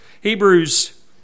Hebrews